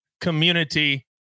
community